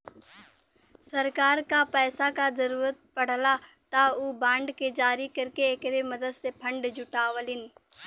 सरकार क पैसा क जरुरत पड़ला त उ बांड के जारी करके एकरे मदद से फण्ड जुटावलीन